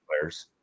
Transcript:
players